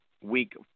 week